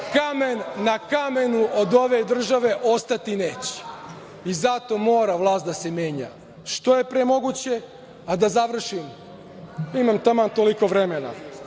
kamen na kamenu od ove države ostati neće. Zato mora vlast da se menja što je pre moguće. Da završim, imam taman toliko vremena,